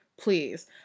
please